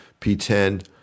P10